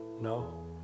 No